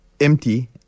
empty